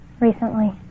recently